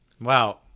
Wow